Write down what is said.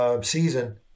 season